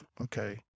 okay